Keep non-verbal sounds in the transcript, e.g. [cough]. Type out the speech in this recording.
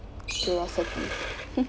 curiosity [laughs]